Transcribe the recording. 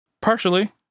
partially